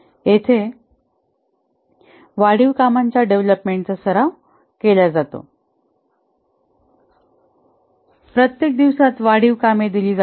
येथे वाढीव कामांच्या डेव्हलपमेंटचा सराव केला जातो प्रत्येक दिवसात वाढीव कामे दिली जातात